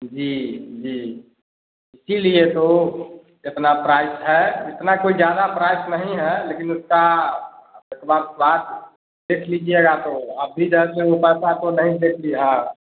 जी जी इसीलिए तो इतना प्राइस है इतना कोई ज़्यादा प्राइस नहीं है लेकिन उसका एक बार स्वाद देख लीजिएगा तो आप भी जैसे वह पैसा तो नहीं देखी है